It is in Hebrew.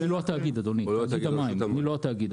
אני לא התאגיד, אדוני, אני הרשות.